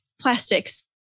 plastics